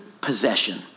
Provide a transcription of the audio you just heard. possession